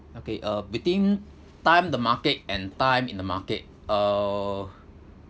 okay uh between time the market and time in the market uh